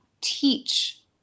teach